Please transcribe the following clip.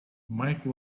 mike